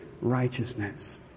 righteousness